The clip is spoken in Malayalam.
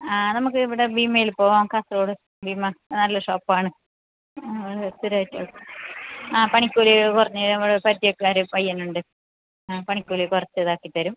ആ നമുക്ക് ഇവിടെ ഭീമയിൽ പോവാം കാസർകോട് ഭീമ നല്ല ഷോപ്പാണ് സ്ഥിരമായിട്ട് അവിടെ ആ പണിക്കൂലി കുറഞ്ഞ് നമ്മുടെ ഒരു പരിചയക്കാരൻ ഒരു പയ്യനുണ്ട് ആ പണിക്കൂലി കുറച്ചതാക്കി തരും